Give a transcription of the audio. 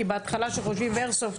כי בהתחלה כשחושבים איירסופט,